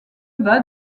bas